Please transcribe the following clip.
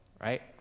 right